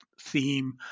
theme